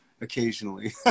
occasionally